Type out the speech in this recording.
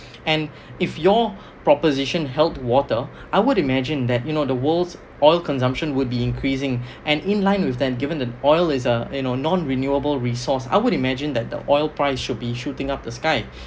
and if your proposition held water I would imagine that you know the world's oil consumption would be increasing and in line with that given the oil is uh you know non renewable resource I would imagine that the oil price should be shooting up the sky